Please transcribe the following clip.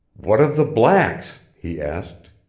what of the blacks? he asked.